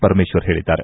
ಪರಮೇಶ್ವರ್ ಹೇಳಿದ್ದಾರೆ